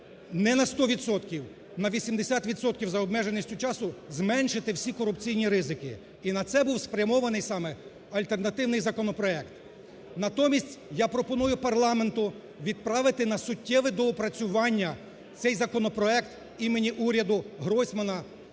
на 80 відсотків за обмеженістю часу зменшити всі корупційні ризики, і на це був спрямований саме альтернативний законопроект. Натомість, я пропоную парламенту відправити на суттєве доопрацювання цей законопроект "імені уряду Гройсмана-Супрун",